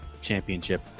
championship